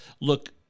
look